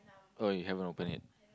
oh you haven't open it